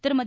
திருமதி